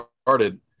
started